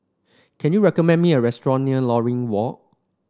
can you recommend me a restaurant near Lornie Walk